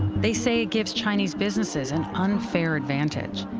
they say it gives chinese businesses an unfair advantage.